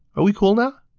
are we cool now?